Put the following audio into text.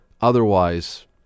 Otherwise